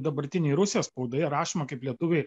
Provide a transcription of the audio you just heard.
dabartinėj rusijos spaudoje rašoma kaip lietuviai